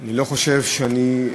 אני לא חושב שאני,